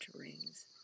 rings